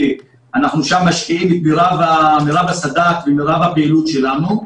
שם אנחנו משקיעים את מירב הסד"כ ואת מירב הפעילות שלנו.